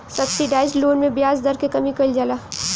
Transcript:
subsidised loan में ब्याज दर के कमी कइल जाला